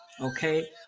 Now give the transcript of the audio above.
Okay